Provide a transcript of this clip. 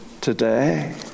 today